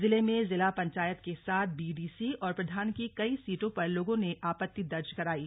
जिले में जिला पंचायत के साथ बीडीसी और प्रधान की कई सीटों पर लोगों ने आपत्ति दर्ज करायी है